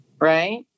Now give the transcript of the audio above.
right